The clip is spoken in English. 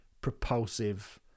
propulsive